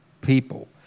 people